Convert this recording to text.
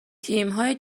تیمهای